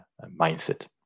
mindset